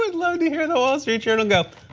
and love to hear the wall street journal go,